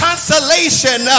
Consolation